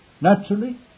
Naturally